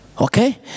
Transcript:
okay